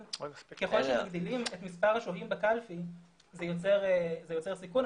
מצב ככול שמגדילים את מספר השוהים בקלפי זה יוצר סיכון.